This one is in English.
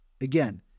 again